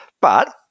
But-